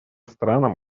странам